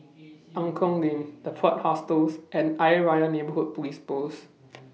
Angklong Lane The Plot Hostels and Ayer Rajah Neighbourhood Police Post